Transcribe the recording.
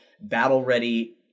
battle-ready